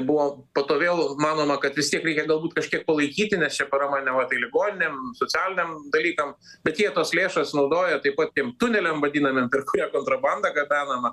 buvo po to vėl manoma kad vis tiek reikia galbūt kažkiek palaikyti nes šia parama neva tai ligoniam socialiniam dalykam bet jie tas lėšas naudoja taip pat tiem tuneliam vadinamiem per kurią kontrabanda gabenama